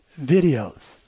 videos